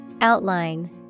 Outline